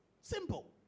Simple